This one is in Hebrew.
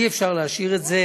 אי-אפשר להשאיר את זה